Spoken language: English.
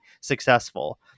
successful